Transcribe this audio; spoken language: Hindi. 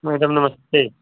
मैडम नमस्ते